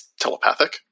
telepathic